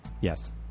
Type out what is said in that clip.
Yes